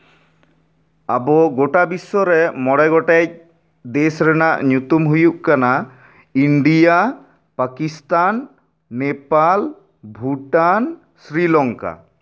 ᱟᱵᱚ ᱜᱚᱴᱟ ᱵᱤᱥᱥᱚ ᱨᱮ ᱢᱚᱬᱮ ᱜᱚᱴᱮᱡ ᱫᱮᱥ ᱨᱮᱱᱟᱜ ᱧᱩᱛᱩᱢ ᱦᱩᱭᱩᱜ ᱠᱟᱱᱟ ᱤᱱᱰᱤᱭᱟ ᱯᱟᱠᱤᱥᱛᱷᱟᱱ ᱱᱮᱯᱟᱞ ᱵᱷᱩᱴᱟᱱ ᱥᱨᱤᱞᱚᱝᱠᱟ